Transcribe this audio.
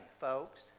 folks